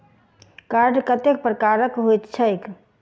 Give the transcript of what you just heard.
Card कतेक प्रकारक होइत छैक?